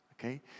Okay